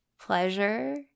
pleasure